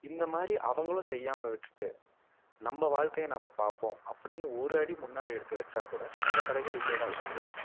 இந்த மாதிரி அவங்களும் செய்யாமல் விட்டுட்டு நம்ம வாழ்க்கையை நம்ம பார்ப்போம் அப்படின்னு ஒரு அடி முன்னாடி எடுத்து வச்சால்கூட இந்த கலைகள் இதோடு அழிஞ்சு போயிடும்